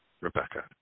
Rebecca